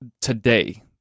today